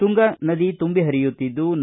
ತುಂಗಾ ನದಿ ತುಂಬಿ ಪರಿಯುತ್ತಿದ್ಲು